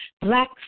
black